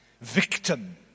victim